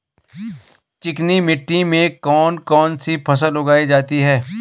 चिकनी मिट्टी में कौन कौन सी फसल उगाई जाती है?